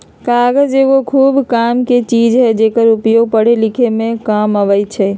कागज एगो खूब कामके चीज हइ जेकर उपयोग पढ़े लिखे में काम अबइ छइ